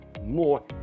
more